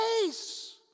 face